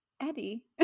eddie